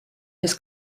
his